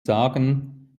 sagen